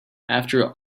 after